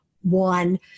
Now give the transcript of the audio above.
one